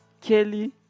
kelly